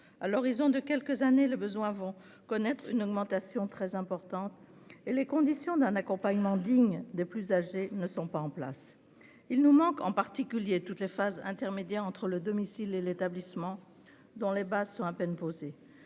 À l'horizon de quelques années, les besoins connaîtront une augmentation très importante et les conditions d'un accompagnement digne des plus âgés ne sont pas en place. Il nous manque en particulier toutes les phases intermédiaires entre le domicile et l'établissement, dont les bases sont à peine posées.